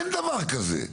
אין דבר כזה.